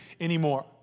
anymore